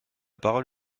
parole